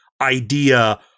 idea